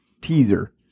teaser